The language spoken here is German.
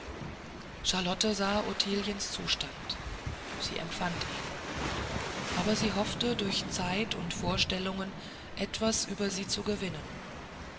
charlotte sah ottiliens zustand sie empfand ihn aber sie hoffte durch zeit und vorstellungen etwas über sie zu gewinnen